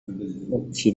launched